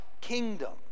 kingdom